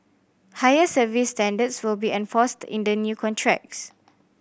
higher service standards will be enforced in the new contracts